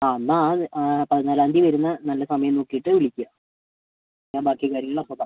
ആ എന്നാൽ ആ പതിനാലാം തീയതി വരുന്ന നല്ല സമയം നോക്കിയിട്ട് വിളിക്കുക ഞാൻ ബാക്കി കാര്യങ്ങൾ അപ്പം പറഞ്ഞു തരാം